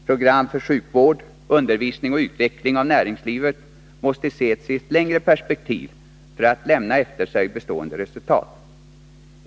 Program för sjukvård, undervisning och utveckling av näringslivet måste ses i ett längre perspektiv för att lämna efter sig bestående resultat.